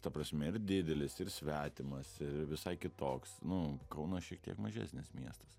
ta prasme ir didelis ir svetimas ir visai kitoks nu kaunas šiek tiek mažesnis miestas